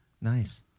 nice